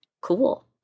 Cool